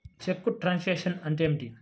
చెక్కు truncation అంటే ఏమిటి?